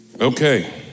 Okay